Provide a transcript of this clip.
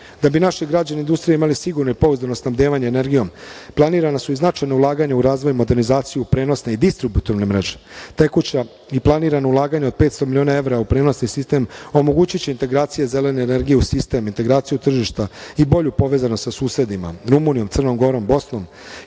bi naši građani i industrija imali sigurno i pouzdano snabdevanje energijom, planirana su i značajna ulaganja u razvoj i modernizaciju prenosne i distributivne mreže. Tekuća i planirana ulaganja od 500 miliona evra u prenosni sistem omogućiće integracije zelene energije u sistem, integraciju tržišta i bolju povezanost sa susedima – Rumunijom, Crnom Gorom, Bosnom